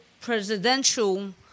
presidential